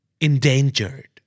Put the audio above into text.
Endangered